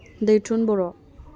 दैथुन बर'